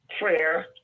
prayer